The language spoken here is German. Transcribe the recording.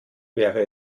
wäre